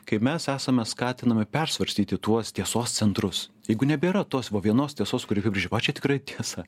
kai mes esame skatinami persvarstyti tuos tiesos centrus jeigu nebėra tos va vienos tiesos kuri apibrėžia va čia tikrai tiesa